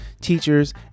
teachers